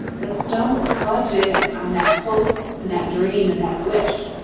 but don't budget on that hope and that dream and that wish.